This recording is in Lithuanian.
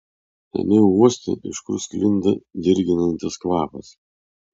ėmiau uosti iš kur sklinda dirginantis kvapas